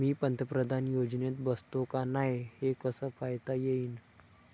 मी पंतप्रधान योजनेत बसतो का नाय, हे कस पायता येईन?